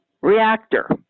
reactor